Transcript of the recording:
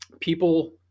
people